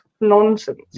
nonsense